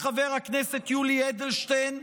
חבר הכנסת יולי אדלשטיין,